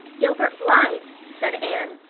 gilbert blythe? said anne.